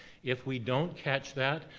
if we don't catch that,